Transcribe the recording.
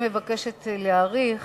אני מבקשת להאריך,